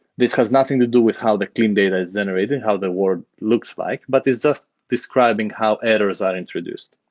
this has nothing to do with how the clean data is generated, and how the word looks like, but it's just describing how errors are introduced.